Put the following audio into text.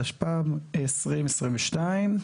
תשפ"ב-2022.